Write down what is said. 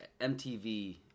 MTV